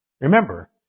Remember